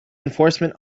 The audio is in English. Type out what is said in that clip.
enforcement